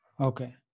Okay